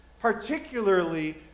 particularly